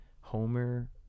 homer